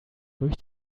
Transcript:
durch